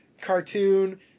cartoon